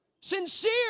Sincere